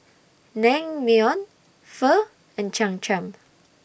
Naengmyeon Pho and Cham Cham